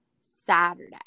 Saturday